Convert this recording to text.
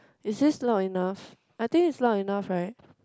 is this loud enough I think it's loud enough right